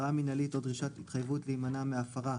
התראה מינהלית או דרישת התחייבות להימנע מהפרה,